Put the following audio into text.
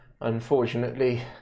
unfortunately